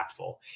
impactful